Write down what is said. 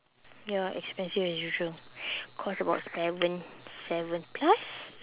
ya expensive as usual cost about seven seven plus